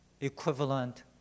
equivalent